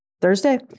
Thursday